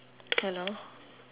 hello